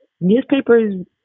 newspapers